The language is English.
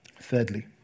Thirdly